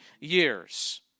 years